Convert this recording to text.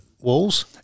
Walls